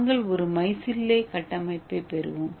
நாங்கள் ஒரு மைசில்லே கட்டமைப்பைப் பெறுவோம்